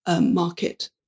market